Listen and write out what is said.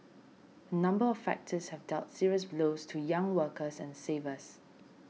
a number of factors have dealt serious blows to young workers and savers